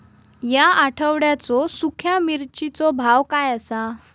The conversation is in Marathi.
या आठवड्याचो सुख्या मिर्चीचो भाव काय आसा?